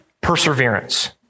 perseverance